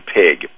pig